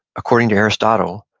according to aristotle,